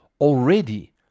already